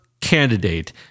candidate